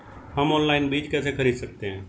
हम ऑनलाइन बीज कैसे खरीद सकते हैं?